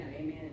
Amen